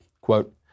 Quote